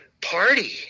party